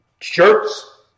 shirts